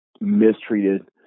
mistreated